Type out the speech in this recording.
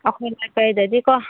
ꯑꯩꯈꯣꯏ ꯂꯩꯀꯥꯏꯗꯗꯤꯀꯣ